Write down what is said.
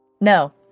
No